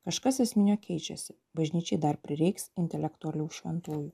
kažkas esminio keičiasi bažnyčiai dar prireiks intelektualių šventųjų